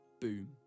Boom